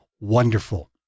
wonderful